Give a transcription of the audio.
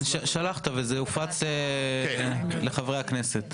שלחת וזה הופץ לחברי הכנסת.